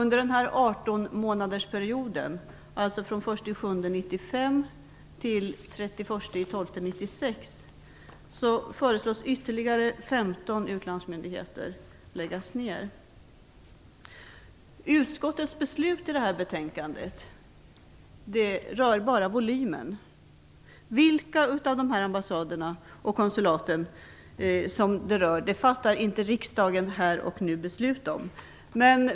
Under denna artonmånadersperiod, alltså från den 1 juli 1995 till den 31 december 1996, föreslås ytterligare 15 utlandsmyndigheter läggas ner. Utskottets beslut enligt detta betänkande rör bara volymen. Vilka av dessa ambassader och konsulat som berörs fattar inte riksdagen beslut om här och nu.